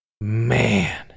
man